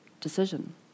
decision